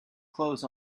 clothes